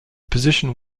position